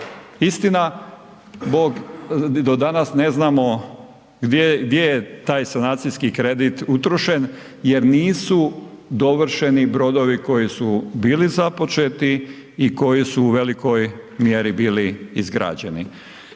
Istinabog do danas ne znamo gdje je taj sanacijski kredit utrošen jer nisu dovršeni brodovi koji su bili započeti i koji su u velikoj mjeri bili izgrađeni.